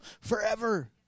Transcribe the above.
forever